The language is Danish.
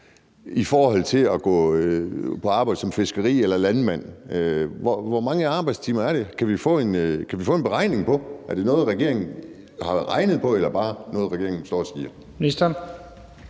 i forhold til at gå på arbejde med fiskeri eller som landmand? Hvor mange arbejdstimer er der i det? Kan vi få en beregning på det? Er det noget, regeringen har regnet på, eller bare noget, regeringen står og siger?